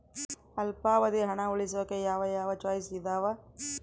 ಅಲ್ಪಾವಧಿ ಹಣ ಉಳಿಸೋಕೆ ಯಾವ ಯಾವ ಚಾಯ್ಸ್ ಇದಾವ?